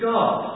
God